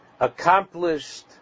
accomplished